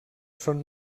són